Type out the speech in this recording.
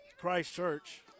Christchurch